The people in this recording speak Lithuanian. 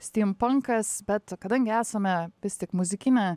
stimpankas bet kadangi esame vis tik muzikinė